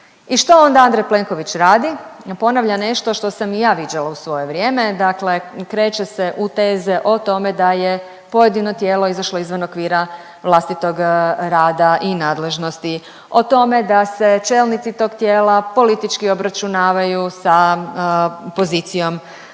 i što onda Andrej Plenković radi? Ponavlja nešto što sam i ja viđala u svoje vrijeme, dakle kreće se u teze o tome da je pojedino tijelo izašlo izvan okvira vlastitog rada i nadležnosti, o tome da se čelnici tog tijela politički obračunavaju sa pozicijom